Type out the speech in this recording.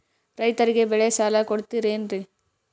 ರೈತರಿಗೆ ಬೆಳೆ ಸಾಲ ಕೊಡ್ತಿರೇನ್ರಿ?